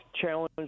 challenge